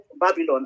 Babylon